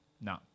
No